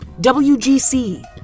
WGC